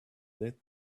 led